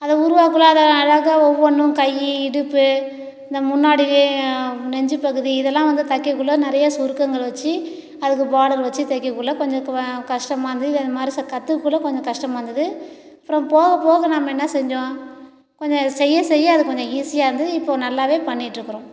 அதை உருவாக்கக்குள்ளே அதை அழகாகா ஒவ்வொன்றும் கையி இடுப்பு இந்த முன்னாடி நெஞ்சு பகுதி இதெல்லாம் வந்து தைக்கக்குள்ளே நிறையா சுருக்கங்கள் வச்சு அதுக்கு பார்டர் வச்சு தைக்கக்குள்ளே கொஞ்சம் வ கஷ்டமாக இருந்துது இந்த மாதிரி ச கற்றுக்கக்குள்ள கொஞ்சம் கஷ்டமாக இருந்துது அப்புறம் போகப்போக நம்ப என்ன செஞ்சோம் கொஞ்சம் செய்ய செய்ய அது கொஞ்சம் ஈஸியாக இருந்துது இப்போ நல்லாவே பண்ணிட்டுருக்குறோம்